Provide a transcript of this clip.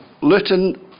Luton